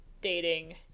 dating